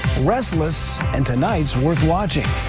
restless and tonight's wirth watching.